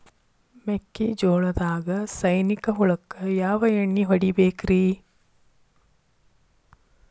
ಮೆಕ್ಕಿಜೋಳದಾಗ ಸೈನಿಕ ಹುಳಕ್ಕ ಯಾವ ಎಣ್ಣಿ ಹೊಡಿಬೇಕ್ರೇ?